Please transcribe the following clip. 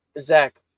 Zach